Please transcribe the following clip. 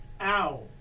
Ow